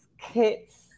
Kit's